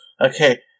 Okay